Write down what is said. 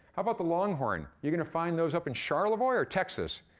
how about the longhorn? you gonna find those up in charlevoix or texas?